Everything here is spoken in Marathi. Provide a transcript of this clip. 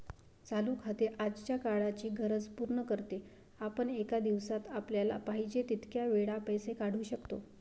चालू खाते आजच्या काळाची गरज पूर्ण करते, आपण एका दिवसात आपल्याला पाहिजे तितक्या वेळा पैसे काढू शकतो